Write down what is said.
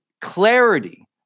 clarity